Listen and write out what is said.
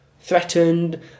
threatened